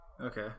okay